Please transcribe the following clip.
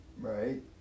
right